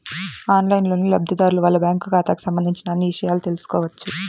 ఆన్లైన్లోనే లబ్ధిదారులు వాళ్ళ బ్యాంకు ఖాతాకి సంబంధించిన అన్ని ఇషయాలు తెలుసుకోవచ్చు